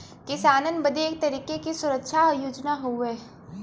किसानन बदे एक तरीके के सुरक्षा योजना हउवे